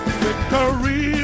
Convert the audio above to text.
victory